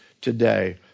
today